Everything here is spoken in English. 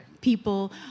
People